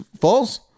false